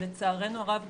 לצערנו הרב,